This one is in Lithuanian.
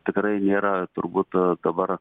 tikrai nėra turbūt dabar